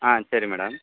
on சரி madam